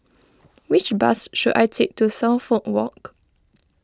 which bus should I take to Suffolk Walk